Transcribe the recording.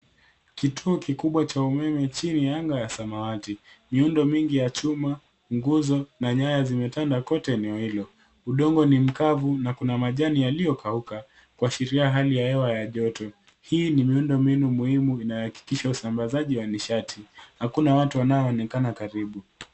Kituo kikubwa cha umeme chini ya anga ya samawati. Miundo mingi ya chuma, nguzo na nyaya zimetanda kote eneo hilo. Udongo ni mkavu na kuna majani yaliyokauka kuashiria hali ya hewa ya joto. Hii ni miundombinu muhimu inayohakikisha usambazaji wa nishati. Hakuna watu wanaoonekana karibu.